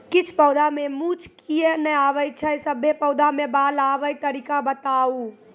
किछ पौधा मे मूँछ किये नै आबै छै, सभे पौधा मे बाल आबे तरीका बताऊ?